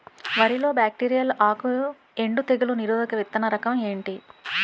వరి లో బ్యాక్టీరియల్ ఆకు ఎండు తెగులు నిరోధక విత్తన రకం ఏంటి?